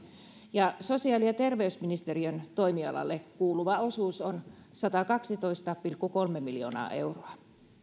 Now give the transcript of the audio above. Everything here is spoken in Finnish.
ja sosiaali ja terveysministeriön toimialalle kuuluva osuus on satakaksitoista pilkku kolme miljoonaa euroa